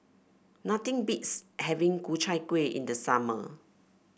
nothing beats having Ku Chai Kuih in the summer